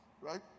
Right